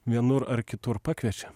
vienur ar kitur pakviečia